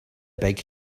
big